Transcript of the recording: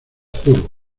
juro